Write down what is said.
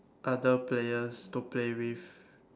other players to play with